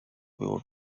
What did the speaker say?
było